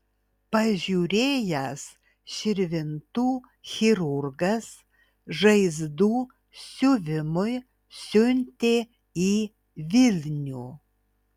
pažiūrėjęs širvintų chirurgas žaizdų siuvimui siuntė į vilnių